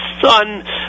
son